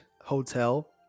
hotel